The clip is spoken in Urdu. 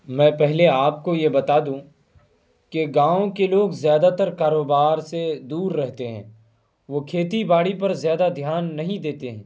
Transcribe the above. میں پہلے آپ کو یہ بتا دوں کہ گاؤں کے لوگ زیادہ تر کاروبار سے دور رہتے ہیں وہ کھیتی باڑی پر زیادہ دھیان نہیں دیتے ہیں